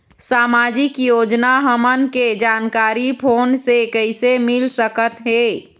सामाजिक योजना हमन के जानकारी फोन से कइसे मिल सकत हे?